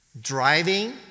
Driving